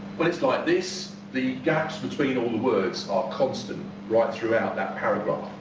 but it's like this, the gaps between all the words are constant right throughout that paragraph.